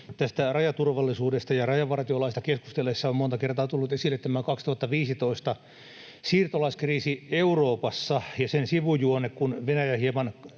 rajaturvallisuudesta ja rajavartiolaista keskustellessa on monta kertaa tullut esille tämä vuoden 2015 siirtolaiskriisi Euroopassa ja sen sivujuonne, kun Venäjä hieman